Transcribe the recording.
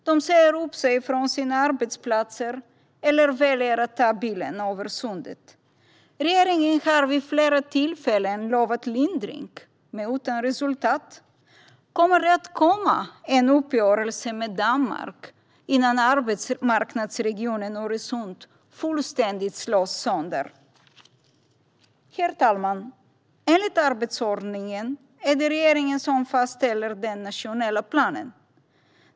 De säger upp sig från sina arbetsplatser eller väljer att ta bilen över sundet. Regeringen har vid flera tillfällen lovat lindring, men utan resultat. Kommer det att komma en uppgörelse med Danmark innan arbetsmarknadsregionen Öresund fullständigt slås sönder? Herr talman! Enligt arbetsordningen är det regeringen som fastställer den nationella planen.